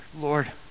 Lord